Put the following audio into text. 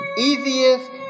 Easiest